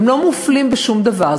הם לא מופלים בשום דבר.